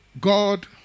God